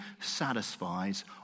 satisfies